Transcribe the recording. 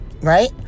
right